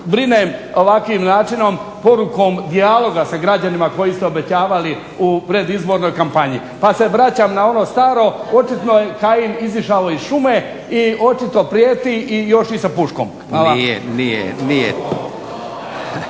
brinem ovakvim načinom, porukom dijaloga sa građanima kojim ste obećavali u predizbornoj kampanji, pa se vraćam na ono staro, očito je Kajin izišao iz šume i očito prijeti i još i sa puškom. **Leko, Josip